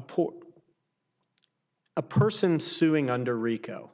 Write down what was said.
poor a person suing under rico